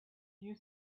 you